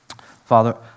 Father